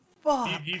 Fuck